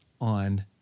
on